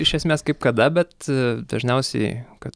iš esmės kaip kada bet dažniausiai ka